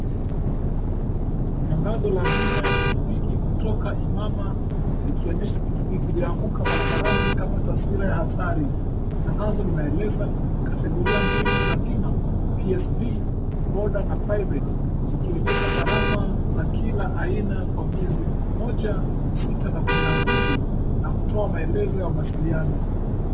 Tangazo la bima ya pikipiki kutoka Imama likionyesha pikipiki iliyoanguka barabarani kama taswira ya hatari. Tangazo linaeleza kategoria mbili za bima PSV boda na private , zikionyesha gharama za kila aina kwa miezi mmoja, sita na kumi na mbili kwa kutoa maelezo ya mawasiliano.